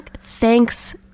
thanks